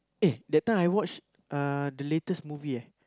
eh that time I watch uh the latest movie eh